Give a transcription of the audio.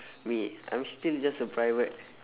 me I'm still just a private